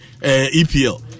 EPL